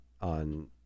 on